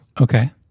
Okay